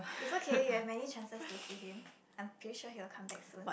is okay you have many chances to see him I'm pretty sure he will come back soon